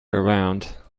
around